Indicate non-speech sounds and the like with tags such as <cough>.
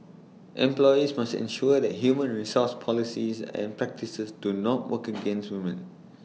employers must ensure that human resource policies and practices do not work <noise> against women